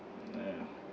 ya